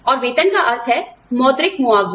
और वेतन का अर्थ है मौद्रिक मुआवजा